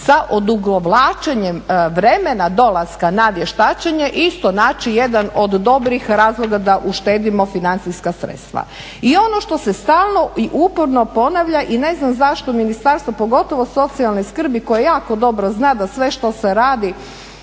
sa odugovlačenjem vremena dolaska na vještačenje isto naći jedan od dobrih razloga da uštedimo financijska sredstva. I ono što se stalno i uporno ponavlja i ne znam zašto ministarstvo pogotovo socijalne skrbi koje jako dobro zna da sve što se radi